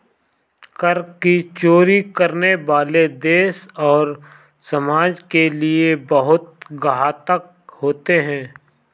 कर की चोरी करने वाले देश और समाज के लिए बहुत घातक होते हैं